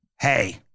hey